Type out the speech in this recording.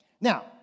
Now